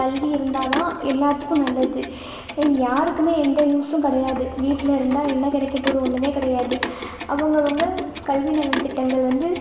கல்வி இருந்தால் தான் எல்லாத்துக்கும் நல்லது யாருக்கும் எந்த யூஸும் கிடையாது வீட்டில் இருந்தால் என்ன கிடைக்க போகுது ஒன்றுமே கிடையாது அவங்கவங்க கல்வி நலன் திட்டங்கள் வந்து